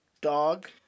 dog